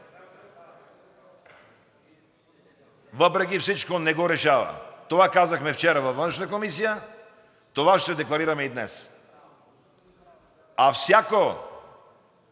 въпреки всичко не го решава. Това казахме вчера във Външна комисия, това ще декларираме и днес. А всяко